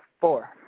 Four